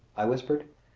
i whispered,